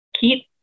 keep